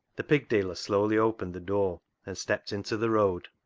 the pig-dealer slowly opened the door and stepped into the road.